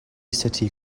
city